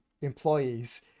employees